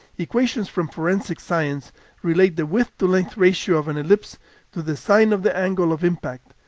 equations from forensic science relate the width-to-length ratio of an ellipse to the sine of the angle of impact.